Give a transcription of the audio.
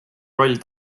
roll